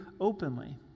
openly